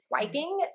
swiping